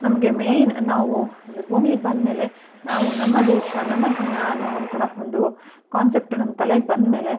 ನಮಗೆ ಮೇಯ್ನ್ ನಾವು ಅಂದರೆ ಭೂಮಿಗೆ ಬಂದಮೇಲೆ ನಾವು ನಮ್ಮ ದೇಶ ನಮ್ಮ ಜನ ಅನ್ನೋವಂತಹ ಒಂದು ಕಾನ್ಸೆಪ್ಟ್ ನಮ್ಮ ತಲೆಗೆ ಬಂದಮೇಲೆ